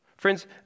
Friends